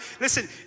listen